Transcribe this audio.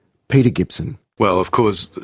peter gibson well, of course,